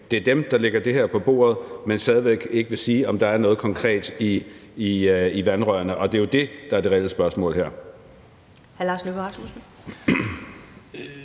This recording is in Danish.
Det er dem, der lægger det her på bordet, men stadig væk ikke vil sige, om der er noget konkret i vandrørene, og det er jo det, der er det reelle spørgsmål her.